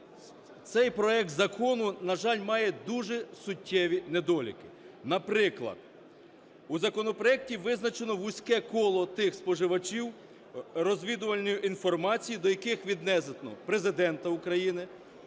Цей проект закону, на жаль, має дуже суттєві недоліки. Наприклад, у законопроекті визначено вузьке коло тих споживачів розвідувальної інформації, до яких віднесено Президента України,